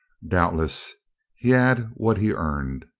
doubtless he had what he earned.